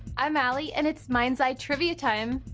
i'm allie, and it's minds eye trivia time.